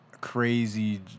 crazy